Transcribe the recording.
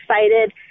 excited